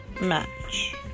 match